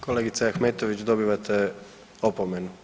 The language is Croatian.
Kolegice Ahmetović dobivate opomenu.